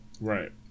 Right